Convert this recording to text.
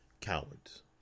Cowards